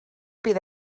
bydd